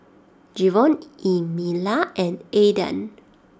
Jevon Emilia and Aydan